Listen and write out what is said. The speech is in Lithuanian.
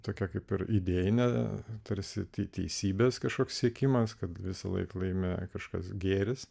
tokia kaip ir idėjinė tarsi teisybės kažkoks siekimas kad visąlaik laimi kažkas gėris